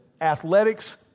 athletics